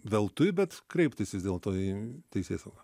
veltui bet kreiptis vis dėlto į teisėsaugą